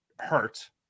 hurt